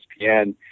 ESPN